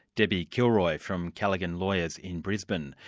debbie kilroy from callaghan lawyers in brisbane.